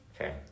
Okay